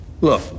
Look